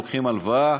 לוקחים הלוואה,